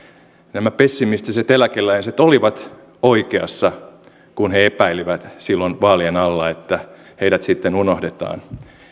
nämä pessimistiset eläkeläiset olivat oikeassa kun he epäilivät silloin vaalien alla että heidät sitten unohdetaan